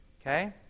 Okay